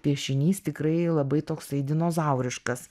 piešinys tikrai labai toksai dinozauriškas